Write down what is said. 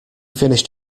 finished